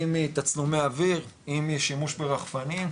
אם מתצלומי אויר, אם משימוש ברחפנים,